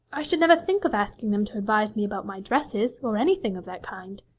i should never think of asking them to advise me about my dresses, or anything of that kind.